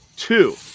Two